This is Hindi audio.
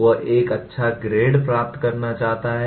वह एक अच्छा ग्रेड प्राप्त करना चाहता है